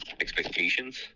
expectations